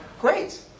great